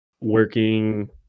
working